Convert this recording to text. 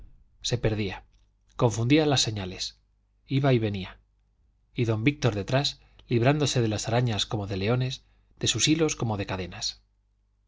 se perdía confundía las señales iba y venía y don víctor detrás librándose de las arañas como de leones de sus hilos como de cadenas